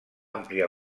àmplia